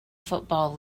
football